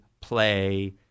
play –